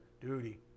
Duty